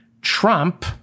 Trump